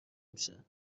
میشه